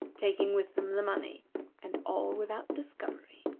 taking with them the money and all without discovery.